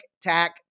Tac